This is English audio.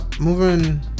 Moving